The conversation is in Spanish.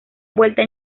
vuelta